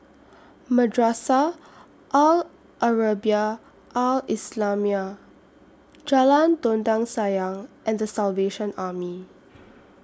Madrasah Al Arabiah Al Islamiah Jalan Dondang Sayang and The Salvation Army